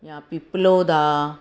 या पिपलोद आहे